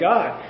God